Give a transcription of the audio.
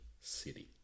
city